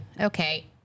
okay